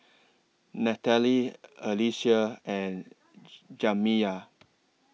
Natalie Alycia and Jamiya